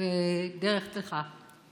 ודרך צלחה.